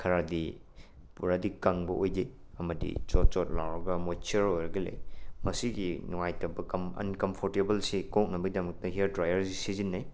ꯈꯔꯗꯤ ꯄꯨꯔꯥꯗꯤ ꯀꯪꯕ ꯑꯣꯏꯗꯦ ꯑꯃꯗꯤ ꯆꯣꯠ ꯆꯣꯠ ꯂꯥꯎꯔꯒ ꯃꯣꯏꯆꯔ ꯑꯣꯏꯔꯒ ꯂꯩ ꯃꯁꯤꯒꯤ ꯅꯨꯡꯉꯥꯏꯇꯕ ꯑꯟꯀꯝꯐꯣꯔꯇꯦꯕꯜꯁꯦ ꯀꯣꯛꯅꯕꯩꯗꯃꯛꯇ ꯍꯦꯌꯔ ꯗ꯭ꯔꯥꯏꯌꯔꯁꯦ ꯁꯤꯖꯤꯟꯅꯩ